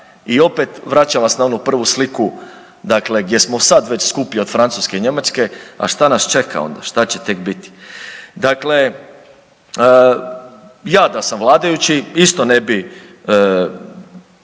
i opet, vraćam vas na onu prvu sliku, dakle gdje smo sad već skuplji od Francuske i Njemačke, a šta nas čeka onda, šta će tek biti. Dakle, ja da sam vladajući isto ne bi